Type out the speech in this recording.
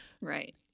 right